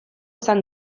esan